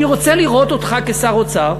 אני רוצה לראות אותך כשר אוצר.